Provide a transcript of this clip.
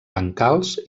bancals